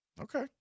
Okay